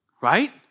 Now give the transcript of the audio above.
right